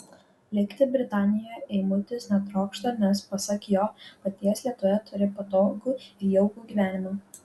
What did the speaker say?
likti britanijoje eimutis netrokšta nes pasak jo paties lietuvoje turi patogų ir jaukų gyvenimą